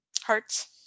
Hearts